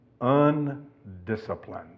undisciplined